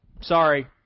sorry